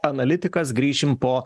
analitikas grįšim po